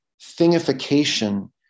thingification